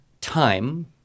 time